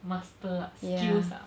master ah skills ah